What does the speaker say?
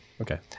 Okay